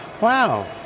Wow